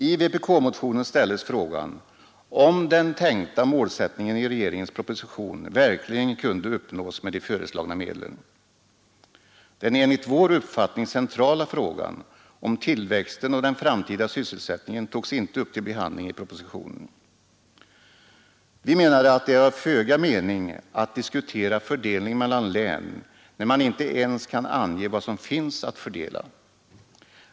I vpk-motionen ställdes frågan om den tänkta målsättningen i regeringens proposition verkligen kunde uppnås med de föreslagna medlen. Den enligt vår uppfattning centrala frågan om tillväxten och den framtida sysselsättningen togs inte upp till behandling i propositionen. Vi anser att det är av föga mening att diskutera fördelning mellan län, när man inte ens kan ange vad som finns att fördela.